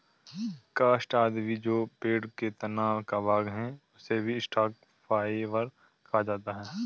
काष्ठ आदि भी जो पेड़ के तना का भाग है, उसे भी स्टॉक फाइवर कहा जाता है